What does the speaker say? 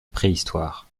préhistoire